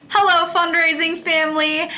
hello fundraising family!